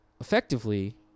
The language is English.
effectively